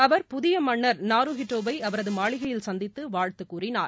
அவர் புதிய மன்னர் நாரு ஹிட்டோவை அவரது மாளிகையில் சந்தித்து வாழத்து கூறினார்